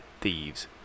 Thieves